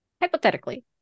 hypothetically